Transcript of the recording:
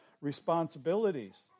responsibilities